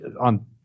on